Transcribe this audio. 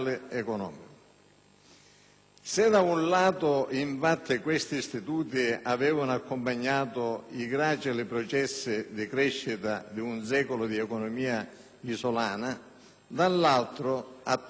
Se da un lato, infatti, questi istituti avevano accompagnato i gracili processi di crescita di un secolo di economia isolana, dall'altro attorno ad essi